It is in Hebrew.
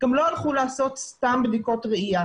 גם לא הלכו לעשות סתם בדיקות ראיה.